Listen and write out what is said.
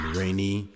rainy